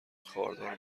خاردار